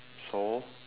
so